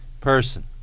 person